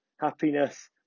happiness